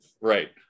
Right